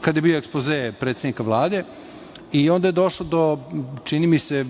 kada je bio ekspoze predsednika Vlade, i onda je došlo do, čini mi se,